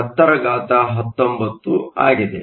8 x 1019 ಆಗಿದೆ